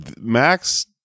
Max